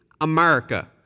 America